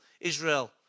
Israel